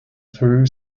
threw